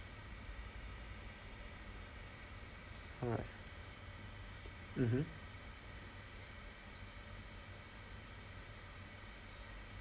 alright mmhmm